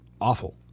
awful